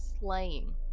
slaying